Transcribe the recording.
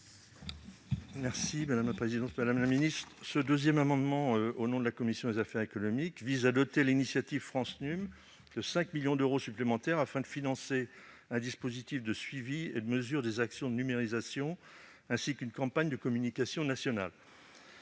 est à M. le rapporteur pour avis. Ce deuxième amendement présenté au nom de la commission des affaires économiques vise à doter l'initiative France Num de 5 millions d'euros supplémentaires afin de financer un dispositif de suivi et de mesure des actions de numérisation, ainsi qu'une campagne de communication nationale.